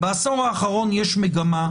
בעשור האחרון יש מגמה,